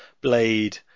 Blade